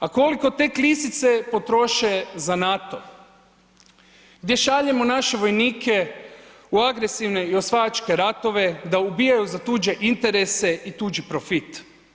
A koliko tek lisice potroše za NATO, gdje šaljemo naše vojnike u agresivne i osvajačke ratove, da ubijaju za tuđe interese i tuđi profit.